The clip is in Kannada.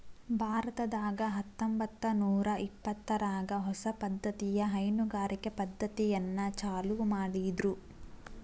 ಭಾರತದಾಗ ಹತ್ತಂಬತ್ತನೂರಾ ಇಪ್ಪತ್ತರಾಗ ಹೊಸ ಪದ್ದತಿಯ ಹೈನುಗಾರಿಕೆ ಪದ್ದತಿಯನ್ನ ಚಾಲೂ ಮಾಡಿದ್ರು